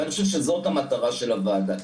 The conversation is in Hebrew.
ואני חושב שזאת המטרה של הוועדה.